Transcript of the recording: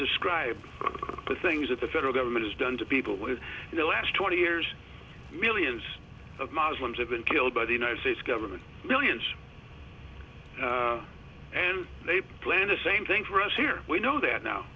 describe the things that the federal government has done to people with in the last twenty years millions of muslims have been killed by the united states government millions and they plan a same thing for us here we know that now